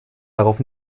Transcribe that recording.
darauf